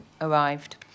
arrived